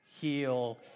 heal